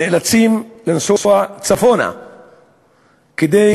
נאלצים לנסוע צפונה כדי